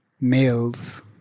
males